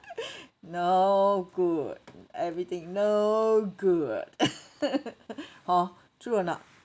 no good everything no good hor true or not